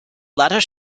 latter